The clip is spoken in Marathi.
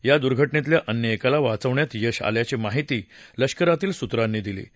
या दूर्घटनेतल्या अन्य एकाला वाचवण्यात यश आलं असल्याची माहिती लष्करातील सुत्रांनी दिली आहे